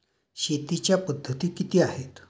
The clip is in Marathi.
शेतीच्या पद्धती किती आहेत?